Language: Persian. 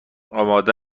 آمده